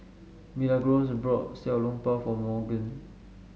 Milagros bought Xiao Long Bao for Morgan